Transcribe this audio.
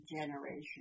generation